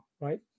right